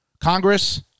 Congress